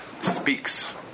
speaks